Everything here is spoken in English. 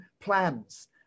plans